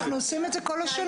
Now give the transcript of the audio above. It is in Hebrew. אנחנו עושים את זה כל השנים.